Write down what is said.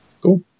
cool